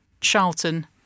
Charlton